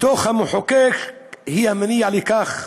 בתוך המחוקק היא המניע לכך?